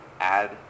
add